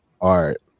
art